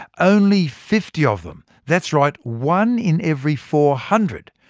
only fifty of them, that's right one in every four hundred,